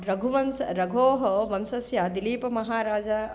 रघुवंशः रघोः वंशस्य दिलीपमहाराज